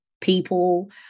people